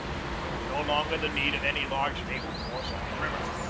there was no longer the need of any large naval force on the river.